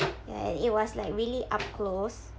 yeah and it was like really up close